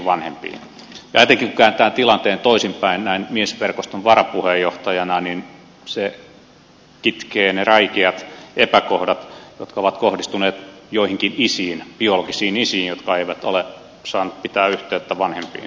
etenkin kun kääntää tilanteen toisinpäin näin miesverkoston varapuheenjohtajana niin se kitkee ne räikeät epäkohdat jotka ovat kohdistuneet joihinkin biologisiin isiin jotka eivät ole saaneet pitää yhteyttä lapsiinsa